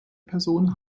person